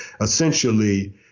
essentially